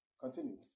Continue